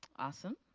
awesome.